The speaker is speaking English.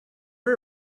her